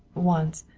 once.